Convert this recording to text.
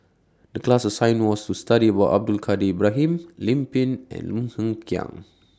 The class assignment was to study about Abdul Kadir Ibrahim Lim Pin and Lim Hng Kiang